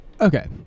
Okay